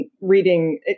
reading